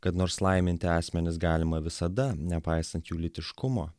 kad nors laiminti asmenis galima visada nepaisant jų lytiškumo